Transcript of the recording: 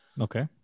Okay